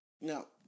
No